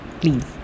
please